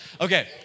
Okay